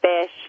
fish